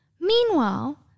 Meanwhile